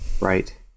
right